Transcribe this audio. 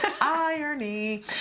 Irony